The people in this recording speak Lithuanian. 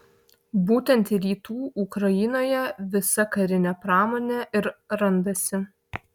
būtent rytų ukrainoje visa karinė pramonė ir randasi